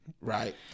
Right